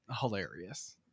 hilarious